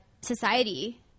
society –